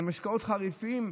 על משקאות חריפים,